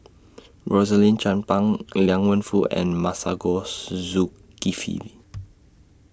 Rosaline Chan Pang Liang Wenfu and Masagos Zulkifli